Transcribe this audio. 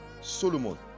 Solomon